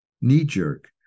knee-jerk